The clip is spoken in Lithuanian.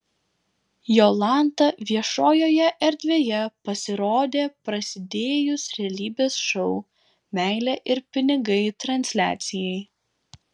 jolanta viešojoje erdvėje pasirodė prasidėjus realybės šou meilė ir pinigai transliacijai